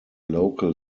local